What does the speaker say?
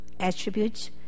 Attributes